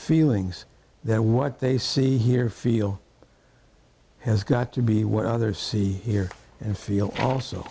feelings that what they see hear feel has got to be what others see hear and feel also